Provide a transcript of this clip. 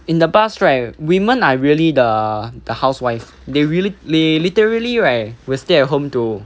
in the past right women are really the the housewife they really they literally right will stay at home to